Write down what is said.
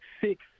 six